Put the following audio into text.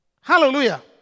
Hallelujah